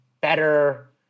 better